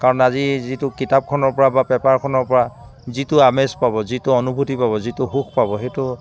কাৰণ আজি যিটো কিতাপখনৰপৰা বা পেপাৰখনৰপৰা যিটো আমেজ পাব যিটো অনুভূতি পাব যিটো সুখ পাব সেইটো